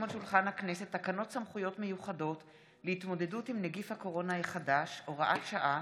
תקנות סמכויות מיוחדות להתמודדות עם נגיף הקורונה החדש (הוראת שעה)